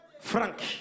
Frank